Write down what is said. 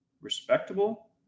respectable